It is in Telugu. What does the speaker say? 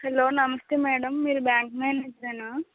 హలో నమస్తే మేడం మీరు బ్యాంక్ మేనేజరేనా